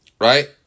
Right